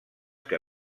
que